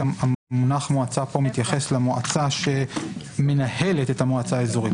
המונח "מועצה" פה מתייחס למועצה שמנהלת את המועצה האזורית,